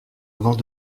avant